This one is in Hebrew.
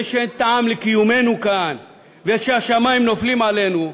שאין טעם לקיומנו כאן ושהשמים נופלים עלינו,